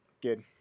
good